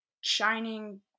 shining